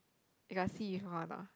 you got see before or not